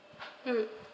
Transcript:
mm